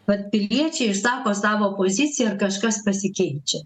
vat piliečiai išsako savo poziciją ir kažkas pasikeičia